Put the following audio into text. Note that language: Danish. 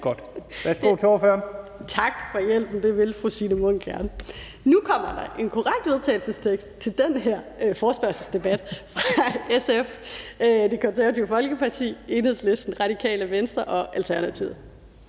(Ordfører) Signe Munk (SF): Tak for hjælpen. Det vil fru Signe Munk gerne, og nu kommer der en korrekt vedtagelsestekst til den her redegørelsesdebat fra SF, Det Konservative Folkeparti, Enhedslisten, Radikale Venstre og Alternativet,